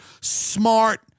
smart